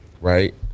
right